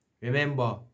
Remember